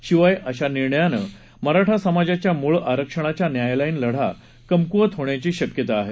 शिवाय अशा निर्णयानं मराठा समाजाच्या मुळ आरक्षणाचा न्यायालयीन लढा कमकुवत होण्याची शक्यता आहे